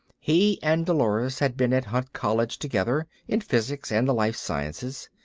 he and dolores had been at hunt college together, in physics and the life sciences.